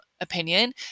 opinion